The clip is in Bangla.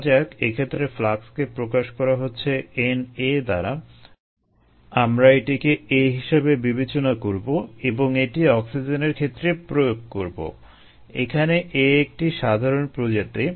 ধরা যাক এক্ষেত্রে ফ্লাক্সকে প্রকাশ করা হচ্ছে NA দ্বারা আমরা এটিকে A হিসেবে বিবেচনা করবো এবং এটি অক্সিজেনের ক্ষেত্রে প্রয়োগ করবো এখানে A একটি সাধারণ প্রজাতি